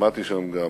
שמעתי שם גם